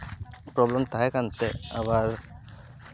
problem ᱛᱟᱦᱮᱸ ᱠᱟᱱᱛᱮ ᱟᱵᱟᱨ